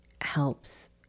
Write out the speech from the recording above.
helps